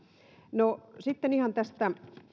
sitten ihan tästä